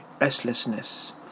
restlessness